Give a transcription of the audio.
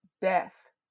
death